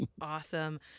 Awesome